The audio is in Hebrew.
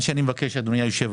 מה שאני מבקש, אדוני היושב-ראש,